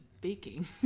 baking